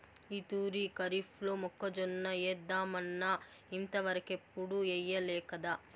ఈ తూరి కరీఫ్లో మొక్కజొన్న ఏద్దామన్నా ఇంతవరకెప్పుడూ ఎయ్యలేకదా